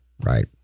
Right